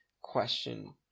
question